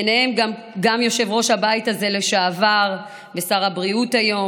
ביניהם גם יושב-ראש הבית הזה לשעבר ושר הבריאות היום